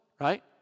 right